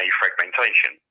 fragmentation